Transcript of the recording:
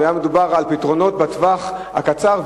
היה מדובר על פתרונות בטווח הקצר,